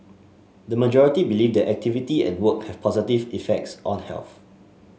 the majority believe that activity and work have positive effects on health